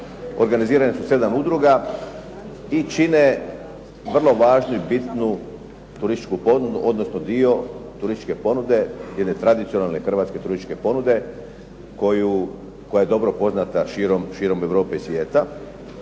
Organizirani su u 7 udruga i čine vrlo važnim turističku ponudu, odnosno dio turističke ponude, jedne tradicionalne hrvatske turističke ponude koja je dobro poznata širom Europe i svijeta.